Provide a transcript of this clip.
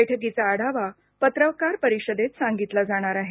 बैठकीचा आढावा पत्रकार परिषदेत सांगितला जाणार आहे